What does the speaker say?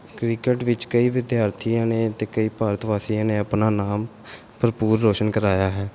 cricket ਵਿੱਚ ਕਈ ਵਿਦਿਆਰਥੀਆਂ ਨੇ ਅਤੇ ਕਈ ਭਾਰਤ ਵਾਸੀਆਂ ਨੇ ਆਪਣਾ ਨਾਮ ਭਰਪੂਰ ਰੋਸ਼ਨ ਕਰਾਇਆ ਹੈ